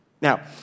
Now